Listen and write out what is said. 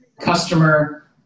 customer